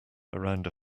around